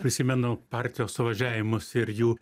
prisimenu partijos suvažiavimus ir jų